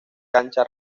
cancha